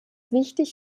wichtig